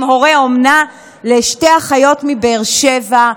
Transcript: הם הורי אומנה לשתי אחיות מבאר שבע,